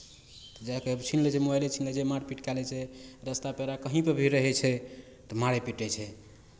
तऽ जा कऽ छीन लै छै मोबाइले छीन लै छै मारपीट कए लै छै रस्ता पेरा कहीँ पे भी रहै छै तऽ मारै पीटै छै